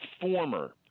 former